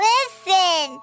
Listen